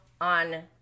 on